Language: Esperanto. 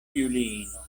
juliino